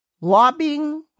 lobbying